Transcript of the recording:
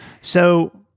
So-